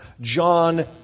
John